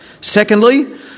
Secondly